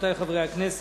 רבותי חברי הכנסת,